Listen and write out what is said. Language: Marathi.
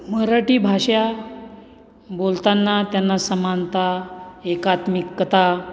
मराठी भाषा बोलतांना त्यांना समानता एकात्मिककता